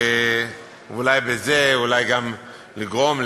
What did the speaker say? ואולי בזה גם לגרום,